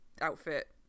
outfit